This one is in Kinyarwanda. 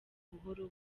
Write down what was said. buhoro